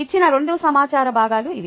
ఇచ్చిన రెండు సమాచార భాగాలు ఇవి